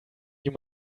you